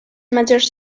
majors